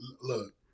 Look